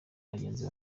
abagenzi